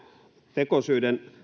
tekosyiden